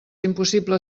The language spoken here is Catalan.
impossible